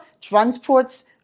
transports